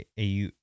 AU